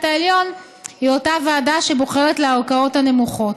העליון היא אותה ועדה שבוחרת לערכאות הנמוכות.